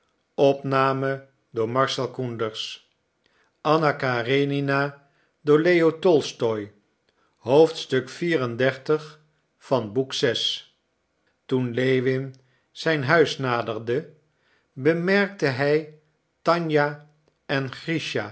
xxxiv toen lewin zijn huis naderde bemerkte hij tanja en